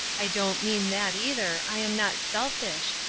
i don't mean that either i am not selfish.